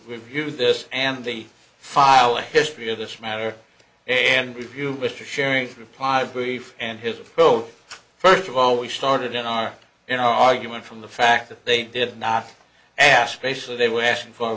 review this and the file a history of this matter and review mr sharing reply brief and his approach first of all we started in our in our argument from the fact that they did not ask basically they were asking for